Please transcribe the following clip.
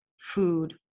food